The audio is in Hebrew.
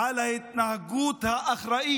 על ההתנהגות האחראית.